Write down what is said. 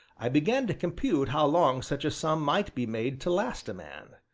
i began to compute how long such a sum might be made to last a man.